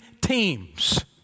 teams